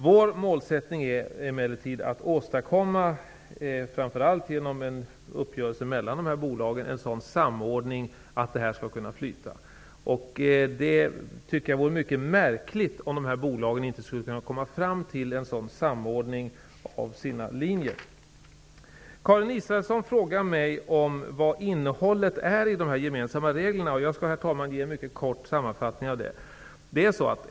Vår målsättning är emellertid att åstadkomma en samordning, framför allt genom en uppgörelse mellan dessa bolag, så att detta skall kunna flyta. Det vore mycket märkligt om dessa bolag inte skall kunna komma fram till en sådan samordning av sina linjer. Karin Israelsson frågar mig vad innehållet är i de gemensamma reglerna. Jag skall ge en mycket kort sammanfattning av det, herr talman.